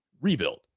rebuild